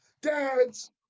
Dads